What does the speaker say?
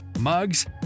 mugs